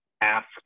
ask